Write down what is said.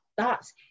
thoughts